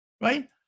right